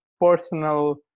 personal